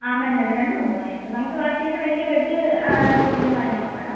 ആ മതി മതി രണ്ട് റൂമ് മതി നമുക്ക് നമുക്ക് അത്യാവശ്യം വലിയ ബെഡ് സൗകര്യം കാര്യങ്ങൾ ഒക്കെ വേണം